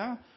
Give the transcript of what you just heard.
og de største skadene knyttet til alkohol. EU-landene er ikke de eneste landene på denne jordkloden som har